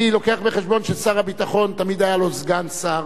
אני מביא בחשבון ששר הביטחון, תמיד היה לו סגן שר,